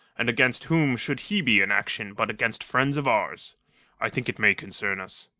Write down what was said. and against whom should he be in action but against friends of ours i think it may concern us.